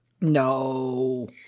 No